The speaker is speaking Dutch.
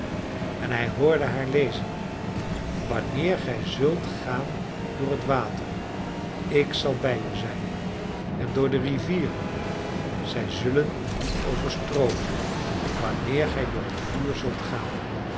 en hij hoorde haar lezen wanneer gij zult gaan door het water ik zal bij u zijn en door de rivieren zij zullen u niet overstroomen wanneer gij door het vuur zult gaan